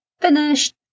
Finished